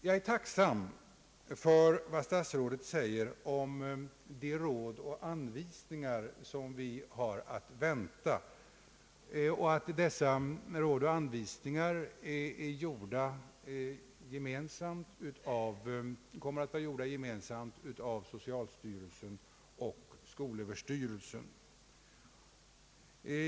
Jag är tacksam för vad statsrådet säger om de råd och anvisningar som vi har att vänta och för att dessa råd och anvisningar kommer att bli utfärdade gemensamt av socialstyrelsen och skolöverstyrelsen.